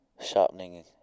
Sharpening